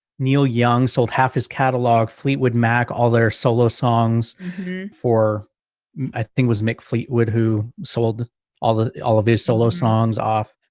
neil young sold half his catalogue, fleetwood mac, all their solo songs for i think, was mick fleetwood, who sold all the all of his solo songs off,